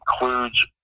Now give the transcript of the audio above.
includes